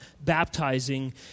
baptizing